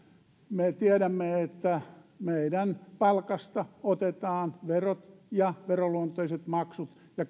me tiedämme että meidän palkastamme otetaan verot ja veroluonteiset maksut ja